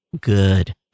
good